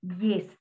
yes